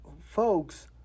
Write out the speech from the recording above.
folks